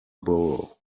borrow